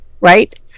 Right